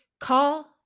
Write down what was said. call